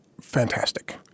fantastic